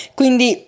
quindi